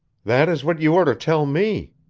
that is what you are to tell me.